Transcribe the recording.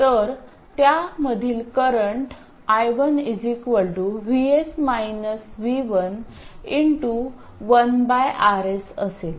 तर त्या मधील करंट i1 1 RS असेल